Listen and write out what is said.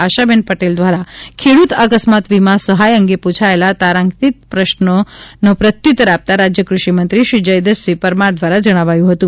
આશાબહેન પટેલ દ્વારા ખેડ્રત અકસ્માત વીમ સહાય અંગે પૂછાયેલા તારાંતિક પ્રશ્નનો પ્રત્યુત્તર આપતાં રાજ્ય ક્રષિ મંત્રી શ્રી જયદ્રથસિંહ પરમાર દ્વારા જણાવાયું હતું